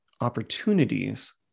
opportunities